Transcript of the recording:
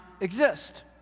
exist